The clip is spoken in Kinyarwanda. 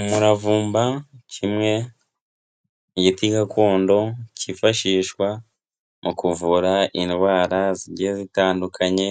Umuravumba kimwe, igiti gakondo kifashishwa mu kuvura indwara zigiye zitandukanye,